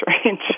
strange